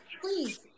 please